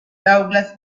douglas